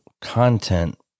content